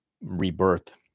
rebirth